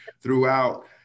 throughout